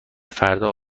فردا